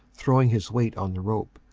throwing his weight on the rope.